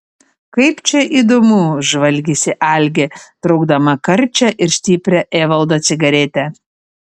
kaip čia įdomu žvalgėsi algė traukdama karčią ir stiprią evaldo cigaretę